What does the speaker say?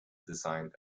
designed